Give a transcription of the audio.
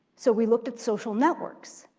so we looked at social networks,